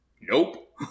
nope